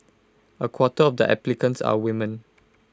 A quarter of the applicants are women